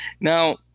Now